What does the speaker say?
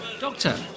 Doctor